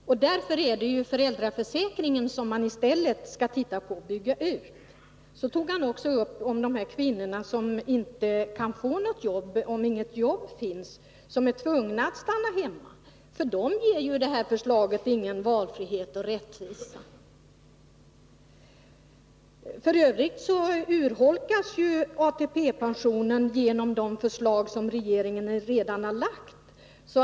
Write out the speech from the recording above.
Därför skall vi i stället se över föräldraförsäkringen och bygga ut den. Allan Åkerlind tog också upp frågan om de kvinnor som inte kan få något jobb, som är tvungna att stanna hemma. För dem ger ju detta förslag varken valfrihet eller rättvisa. F. ö. urholkas ju ATP-pensionen genom de förslag som regeringen redan har lagt fram.